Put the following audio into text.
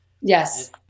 Yes